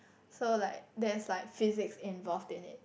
so like there's like Physics involved in it